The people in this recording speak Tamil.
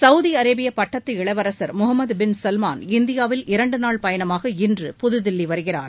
சவுதிஅரேபியபட்டத்து இளவரசர் முகமதுபின் சவ்மான் இந்தியாவில் இரண்டுநாள் பயணமாக இன்று புதுதில்லிவருகிறார்